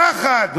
פחד.